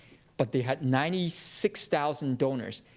but they had ninety six thousand donors.